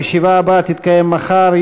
הישיבה הבאה תתקיים מחר,